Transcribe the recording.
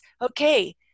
okay